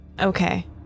okay